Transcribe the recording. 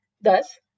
Thus